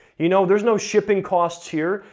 you know there's no shipping costs here,